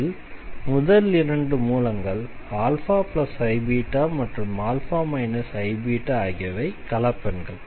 இதில் முதல் இரண்டு மூலங்கள் αiβ மற்றும் α iβ ஆகியவை கலப்பெண்கள்